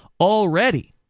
already